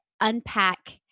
unpack